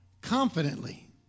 confidently